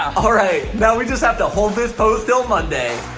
um right, now we just have to hold this pose til monday.